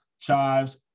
chives